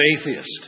atheist